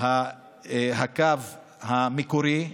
הקו המקורי,